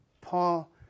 Paul